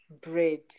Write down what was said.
Bread